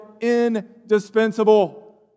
indispensable